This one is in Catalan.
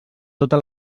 tota